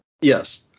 Yes